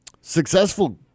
successful